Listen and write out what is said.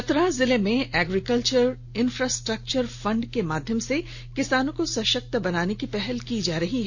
चतरा जिले में agriculture infrastructure fund के माध्यम से किसानों को सशक्त बनाने की पहल की जा रही है